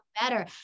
better